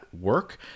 Work